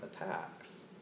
attacks